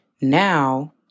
now